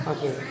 Okay